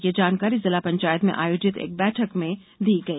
ये जानकारी जिला पंचायत में आयोजित एक बैठक में दी गई